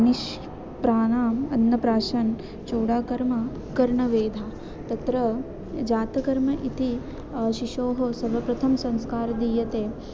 निष्प्रानाम् अन्नप्राशन् चूडाकर्मकर्णवेध तत्र जातकर्म इति शिशोः सर्वप्रथमं संस्कारः दीयते